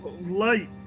Light